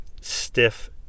stiff